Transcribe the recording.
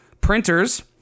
printers